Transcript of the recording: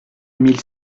mille